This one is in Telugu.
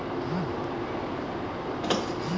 నేను ఇన్సురెన్స్ స్కీమ్స్ ఎందుకు ఎంచుకోవాలి?